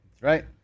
Right